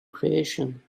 creation